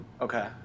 Okay